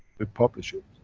we publish it,